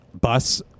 bus